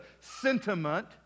sentiment